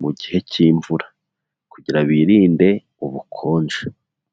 mu gihe cy'imvura. Kugira birinde ubukonje.